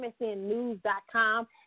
msnnews.com